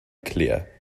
clear